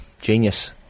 Genius